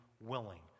willing